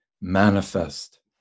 manifest